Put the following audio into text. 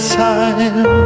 time